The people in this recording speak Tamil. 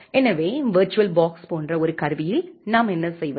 எனவே விர்ச்சுவல் பாக்ஸ் போன்ற ஒரு கருவியில் நாம் என்ன செய்வது